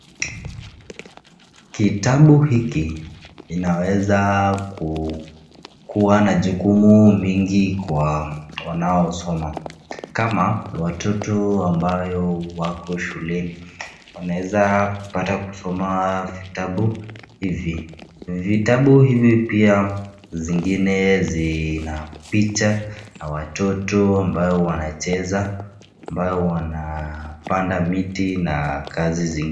Kitabu hiki inaweza kuwa na majukumu mingi kwa wanaosoma kama watoto ambayo wako shuleni wanaweza kupata kusoma vitabu hivi. Vitabu hivi zingine zinapicha ya watoto ambao wanacheza, ambao wanapanda miti na kazi zingine.